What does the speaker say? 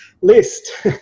list